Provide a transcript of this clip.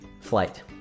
Flight